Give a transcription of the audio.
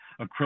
acrylic